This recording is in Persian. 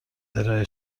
ارائه